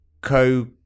Co